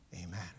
Amen